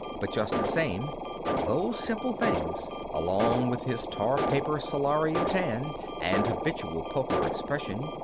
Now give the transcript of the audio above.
but just the same those simple things, along with his tarpaper-solarium tan and habitual poker expression,